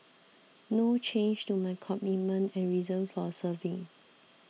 no change to my commitment and reason for serving